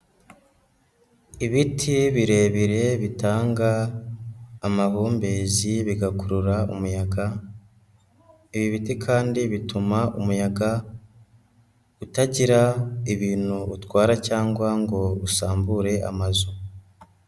Ibiti birebire bitanga amahumbezi bigakurura umuyaga, ibi biti kandi bituma umuyaga utagira ibintu utwara cyangwa ngo usambure amazu.